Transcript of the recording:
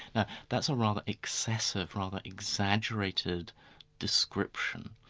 now that's a rather excessive, rather exaggerated description,